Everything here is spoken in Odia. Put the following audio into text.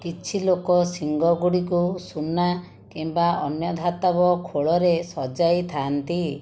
କିଛି ଲୋକ ଶିଙ୍ଗ ଗୁଡ଼ିକୁ ସୁନା କିମ୍ବା ଅନ୍ୟ ଧାତବ ଖୋଳରେ ସଜାଇ ଥାଆନ୍ତି